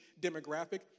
demographic